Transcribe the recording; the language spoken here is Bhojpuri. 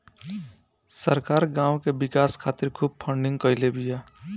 सरकार गांव के विकास खातिर खूब फंडिंग कईले बिया